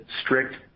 strict